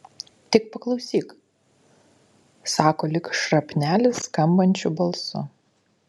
tik paklausyk sako lyg šrapnelis skambančiu balsu